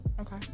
Okay